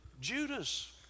Judas